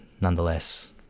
nonetheless